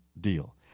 deal